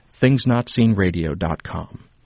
ThingsNotSeenRadio.com